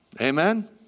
Amen